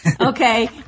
Okay